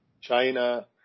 China